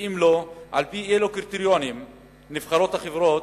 ואם לא, על-פי אילו קריטריונים נבחרת החברה